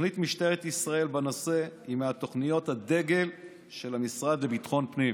התוכנית של משטרת ישראל בנושא היא מתוכניות הדגל של המשרד לביטחון פנים